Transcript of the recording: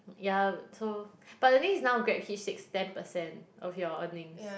ya but so but the thing is now GrabHitch six ten percent of your earnings